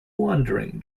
wandering